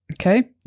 Okay